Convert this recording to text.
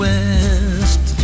West